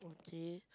okay